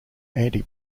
anti